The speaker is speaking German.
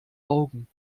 augen